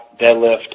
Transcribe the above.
deadlift